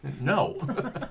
No